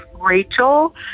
Rachel